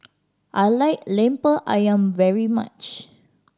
I like Lemper Ayam very much